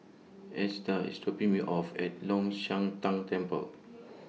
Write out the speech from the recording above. Esta IS dropping Me off At Long Shan Tang Temple